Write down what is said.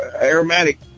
aromatic